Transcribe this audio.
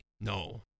No